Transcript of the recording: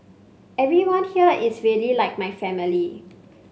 everyone here is really like my family